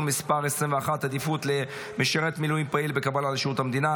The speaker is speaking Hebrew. מס' 21) (עדיפות למשרת מילואים פעיל בקבלה לשירות המדינה),